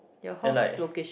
and like